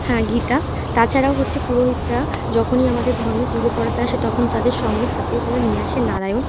হ্যাঁ গীতা তাছাড়াও হচ্ছে পুরোহিতরা যখনই আমাদের ধর্মে পুজো পাতে আসে তখন তাদের সঙ্গে হাতে করে নিয়ে আসে নারায়ণ